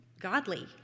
godly